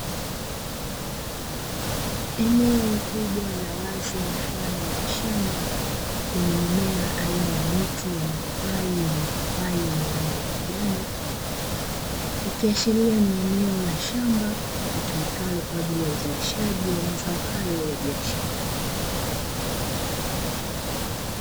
Eneo kubwa la wazi mfano wa shamba yenye mimea aina ya miti yenye mapapai ya rangi ya kijani, ikiashiria ni eneo la shamba litumikalo kwa ajili ya uzalishaji wa mazao hayo ya biashara.